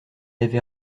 avait